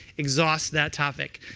exhaust that topic.